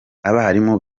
abarimu